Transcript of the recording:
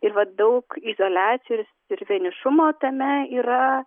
ir vat daug izoliacijos ir vienišumo tame yra